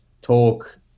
talk